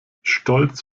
stolz